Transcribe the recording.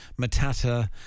Matata